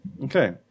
Okay